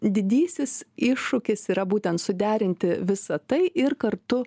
didysis iššūkis yra būtent suderinti visa tai ir kartu